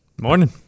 morning